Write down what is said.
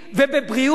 בבריאות,